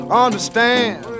understand